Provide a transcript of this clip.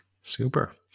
Super